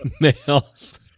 males